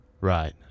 Right